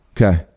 okay